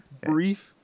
Brief